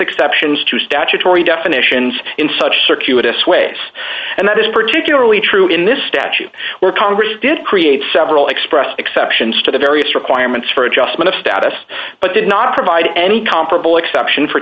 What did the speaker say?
exceptions to statutory definitions in such circular dissuades and that is particularly true in this statute where congress did create several express exceptions to the various requirements for adjustment of status but did not provide any comparable exception for